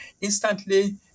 instantly